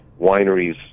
wineries